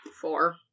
Four